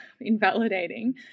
invalidating